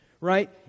Right